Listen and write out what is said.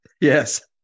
Yes